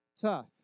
tough